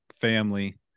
family